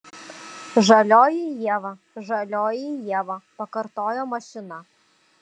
žalioji ieva žalioji ieva pakartojo mašina